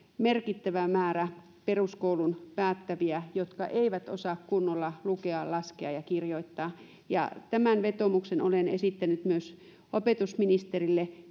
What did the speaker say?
merkittävä määrä peruskoulun päättäviä jotka eivät osaa kunnolla lukea laskea ja kirjoittaa tämän vetoomuksen olen esittänyt myös opetusministerille